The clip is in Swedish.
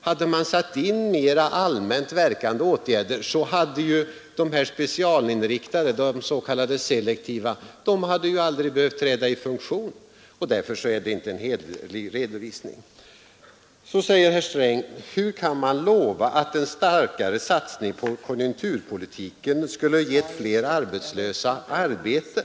Hade man satt in mera allmänt verkande åtgärder, hade ju de specialinriktade s.k. selektiva åtgärderna aldrig behövt i sin helhet träda i funktion. Därför är det inte en hederlig redovisning. Så frågar herr Sträng: Hur kan man lova att en starkare satsning på konjunkturpolitiken skulle ha givit flera arbetslösa arbete?